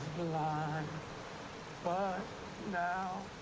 blind but now